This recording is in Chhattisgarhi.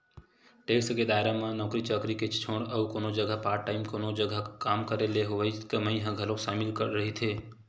टेक्स के दायरा म नौकरी चाकरी के छोड़ अउ कोनो जघा पार्ट टाइम कोनो जघा काम करे ले होवई कमई ह घलो सामिल रहिथे